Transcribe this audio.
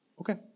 okay